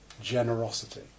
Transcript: Generosity